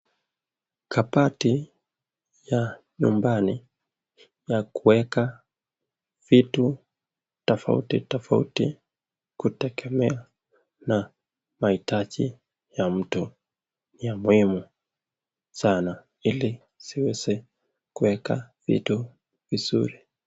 Kabati ya nyumbani ya kuweka vitu tofauti tofauti kutegemea na mahitaji ya mtu ya muhimu sana ili ziweze kuweka vitu vizuri.